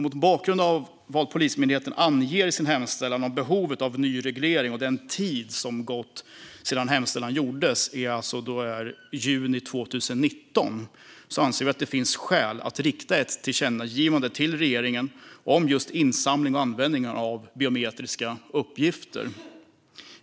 Mot bakgrund av vad Polismyndigheten anger i sin hemställan om behovet av en ny reglering och den tid som gått sedan hemställan gjordes i juni 2019 anser vi att det finns skäl att rikta ett tillkännagivande till regeringen om just insamling och användning av biometriska uppgifter.